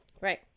Right